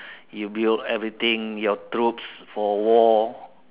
you build everything your troops for war